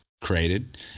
created